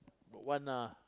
got one lah